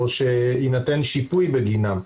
או שיינתן שיפוי בגינן.